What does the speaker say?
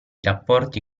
rapporti